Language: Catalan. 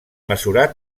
mesurar